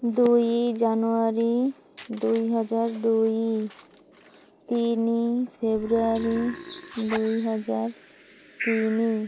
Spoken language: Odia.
ଦୁଇ ଜାନୁଆରୀ ଦୁଇହଜାର ଦୁଇ ତିନି ଫେବୃଆରୀ ଦୁଇହଜାର ତିନି